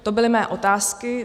To byly mé otázky.